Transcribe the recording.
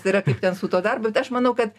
tai yra kaip ten su tuo darbu aš manau kad